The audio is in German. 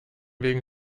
wegen